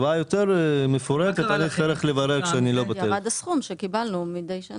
זה ירד מהסכום שקיבלנו מידי שנה.